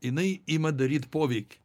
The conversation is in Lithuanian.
jinai ima daryt poveikį